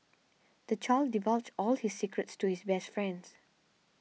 the child divulged all his secrets to his best friend